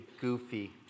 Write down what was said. goofy